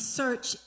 search